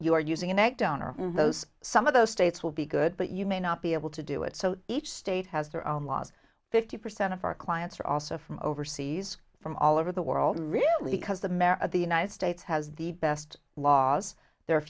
are using an egg donor those some of those states will be good but you may not be able to do it so each state has their own laws fifty percent of our clients are also from overseas from all over the world really because the marrow of the united states has the best laws there a